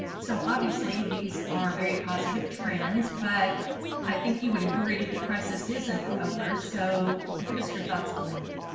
so obviously these are very positive trends but i think you would agree that crisis isn't over so give us your thoughts on that.